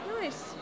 nice